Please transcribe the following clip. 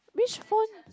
which phone